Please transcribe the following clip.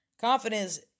confidence